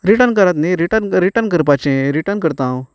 return करात न्हय return return करपाची रिटन करतां हांव